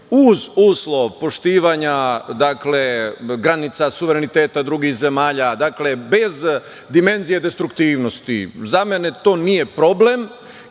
uz uslov poštovanja granica suvereniteta drugih zemalja, dakle bez dimenzije destruktivnosti, za mene to nije problem,